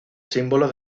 símbolo